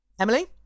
Emily